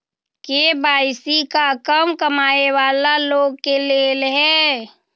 KYC का कम कमाये वाला लोग के लेल है?